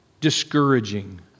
discouraging